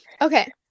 Okay